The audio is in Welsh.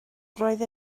roedd